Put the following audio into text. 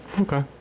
Okay